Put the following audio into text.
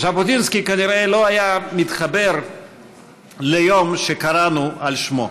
ז'בוטינסקי כנראה לא היה מתחבר ליום שקראנו על שמו.